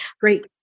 Great